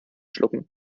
schlucken